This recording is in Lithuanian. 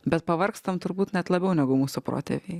bet pavargstam turbūt net labiau negu mūsų protėviai